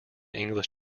english